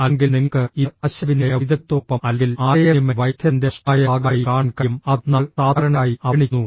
അല്ലെങ്കിൽ നിങ്ങൾക്ക് ഇത് ആശയവിനിമയ വൈദഗ്ധ്യത്തോടൊപ്പം അല്ലെങ്കിൽ ആശയവിനിമയ വൈദഗ്ധ്യത്തിന്റെ നഷ്ടമായ ഭാഗമായി കാണാൻ കഴിയും അത് നമ്മൾ സാധാരണയായി അവഗണിക്കുന്നു